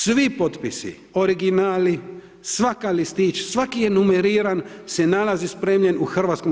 Svi potpisi, originali, svaki listić, svaki je numeriran se nalazi spremljen u HS.